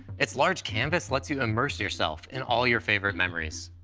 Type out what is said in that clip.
its large canvas lets you immerse yourself in all your favorite memories.